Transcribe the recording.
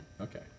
Okay